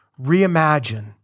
reimagine